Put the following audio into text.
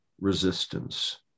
resistance